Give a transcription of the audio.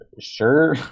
sure